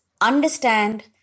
understand